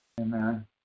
Amen